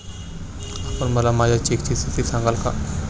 आपण मला माझ्या चेकची स्थिती सांगाल का?